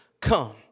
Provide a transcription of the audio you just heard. come